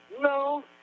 no